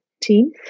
team